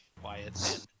quiet